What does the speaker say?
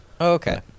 okay